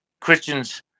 Christians